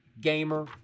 gamer